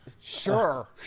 sure